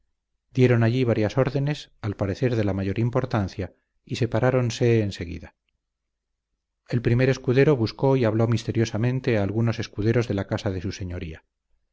dieron allí varias órdenes al parecer de la mayor importancia y separáronse en seguida el primer escudero buscó y habló misteriosamente a algunos escuderos de la casa de su señoría